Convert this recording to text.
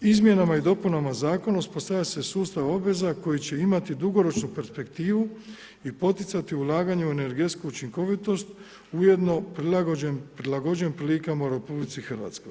Izmjenama i dopunama zakona uspostavlja se sustav obveza koji će imati dugoročnu perspektivu i poticati ulaganje u energetsku učinkovitost ujedno prilagođen prilikama u RH.